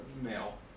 Male